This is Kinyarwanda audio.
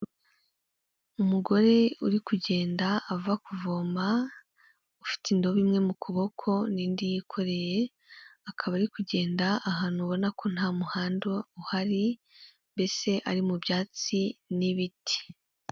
Umugore uri kugenda ava kuvoma ufite indobo imwe mu kuboko n’indi yikoreye, akaba ari kugenda ahantu ubona ko nta muhanda uhari mbese ari mu byatsi n'ibiti.